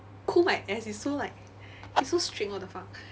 cool my ass it's so like it's so strict what the fuck